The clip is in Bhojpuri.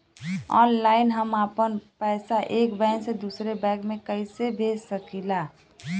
ऑनलाइन हम आपन पैसा एक बैंक से दूसरे बैंक में कईसे भेज सकीला?